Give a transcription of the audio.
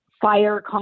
fire